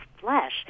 flesh